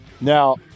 now